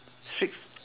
streets